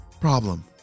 problem